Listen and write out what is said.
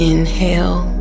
Inhale